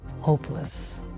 hopeless